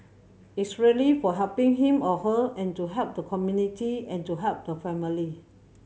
it's really for helping him or her and to help the community and to help the family